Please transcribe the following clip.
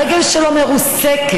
הרגל שלו מרוסקת,